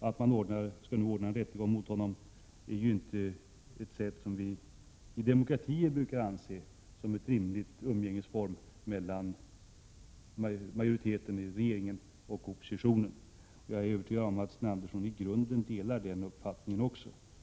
Att man nu anordnar en rättegång mot oppositionsledaren är inte något som vi i demokratier brukar anse vara en rimlig umgängesform mellan regering och opposition. Jag är övertygad om att Sten Andersson i grunden också delar den uppfattningen.